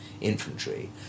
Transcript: infantry